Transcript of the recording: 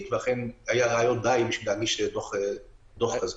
והיו מספיק ראיות בשביל להגיש דוח כזה.